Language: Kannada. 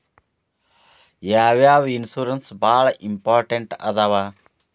ಯಾವ್ಯಾವ ಇನ್ಶೂರೆನ್ಸ್ ಬಾಳ ಇಂಪಾರ್ಟೆಂಟ್ ಅದಾವ?